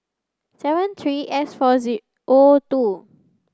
seven three S four zero O two